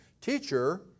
teacher